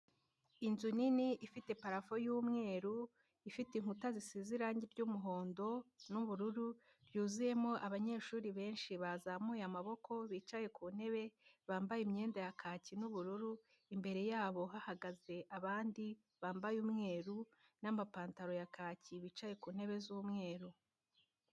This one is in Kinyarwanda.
Inzu nini ifite parafu y'umweru, ifite inkuta zisize irangi ry'umuhondo n'ubururu, ryuzuyemo abanyeshuri benshi bazamuye amaboko bicaye ku ntebe, bambaye imyenda ya kake n'ubururu, imbere yabo hahagaze abandi bambaye umweru n'amapantaro ya kaki bicaye ku ntebe z'umweru.